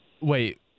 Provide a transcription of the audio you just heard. Wait